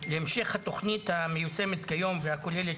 להמשך התוכנית המיושמת היום ושכוללת